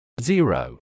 Zero